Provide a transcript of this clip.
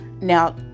Now